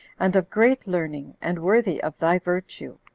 and of great learning, and worthy of thy virtue.